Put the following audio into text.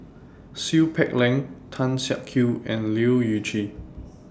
Seow Peck Leng Tan Siak Kew and Leu Yew Chye